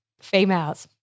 females